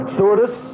Stewardess